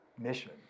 mission